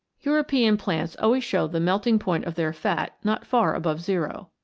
european plants always show the melting point of their fat not far above zero.